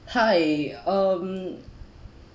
hi um